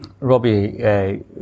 Robbie